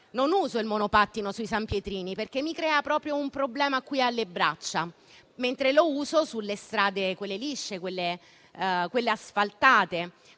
non uso il monopattino sui sampietrini, perché mi crea un problema alle braccia, mentre lo uso sulle strade lisce e asfaltate.